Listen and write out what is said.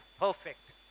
perfect